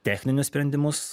techninius sprendimus